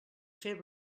fer